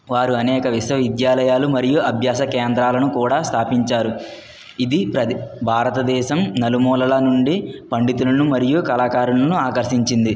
వారు అనేక విశ్వవిద్యాలయాలు మరియు అభ్యాసకేంద్రాలను కూడా స్థాపించారు ఇది ప్రదే భారతదేశం నలుమూలలా నుండి పండితులను మరియు కళాకారులను ఆకర్షించింది